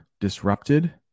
disrupted